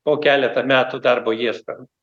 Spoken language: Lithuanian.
po keletą metų darbo ieškant